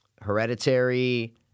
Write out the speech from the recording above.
Hereditary